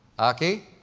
aki,